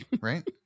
Right